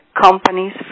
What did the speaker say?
companies